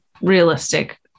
realistic